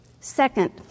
Second